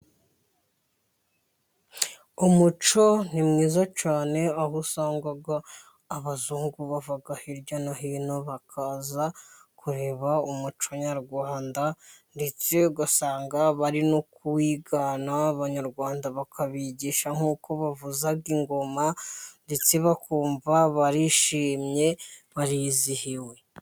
Umuco ni mwiza cyane, aho usanga abazungu bavaga hirya no hino bakaza kureba umuco nyarwanda, ndetse ugasanga bari no kuwigana, abanyarwanda bakabigisha nk'uko bavuza ingoma, bakumva barishimye, barizihiwe.